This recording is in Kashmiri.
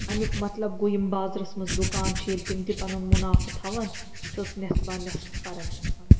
اَمیُک مطلب گوٚو یِم بازرَس منٛز دُکان چھِ ییٚلہِ تِم تہِ پَنُن مُنفع تھاوَن اَتھ ٲس نٮ۪صبا نٮ۪صٕف فرق گژھان